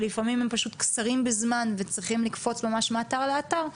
שלפעמים הם פשוט קצרים בזמן וצריכים לקפוץ ממש לאתר לאתר,